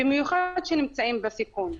במיוחד שנמצאים בסיכון.